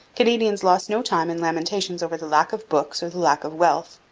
canadians lost no time in lamentations over the lack of books or the lack of wealth.